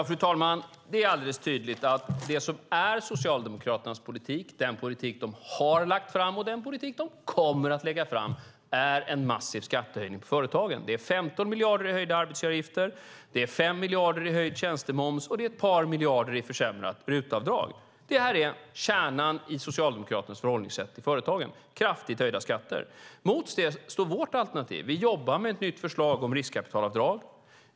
Fru talman! Det är alldeles tydligt att det som är Socialdemokraternas politik, den politik de har lagt fram och den politik de kommer att lägga fram, är en massiv skattehöjning för företagen. Det är 15 miljarder i höjda arbetsgivaravgifter, det är 5 miljarder i höjd tjänstemoms och det är ett par miljarder i försämrat RUT-avdrag. Det här är kärnan i Socialdemokraternas förhållningssätt till företagen, det vill säga kraftigt höjda skatter. Mot det står vårt alternativ. Vi jobbar med ett nytt förslag om riskkapitalavdrag.